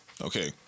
okay